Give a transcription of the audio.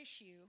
issue